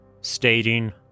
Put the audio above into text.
stating